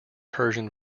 persian